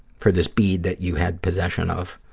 for this bead that you had possession of.